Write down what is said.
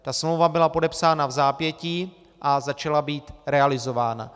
Ta smlouva byla podepsána vzápětí a začala být realizována.